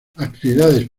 actividades